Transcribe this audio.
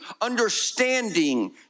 understanding